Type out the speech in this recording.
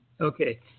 Okay